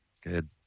Good